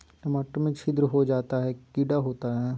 टमाटर में छिद्र जो होता है किडा होता है?